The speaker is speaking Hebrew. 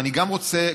אני גם רוצה,